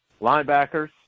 linebackers